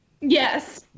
Yes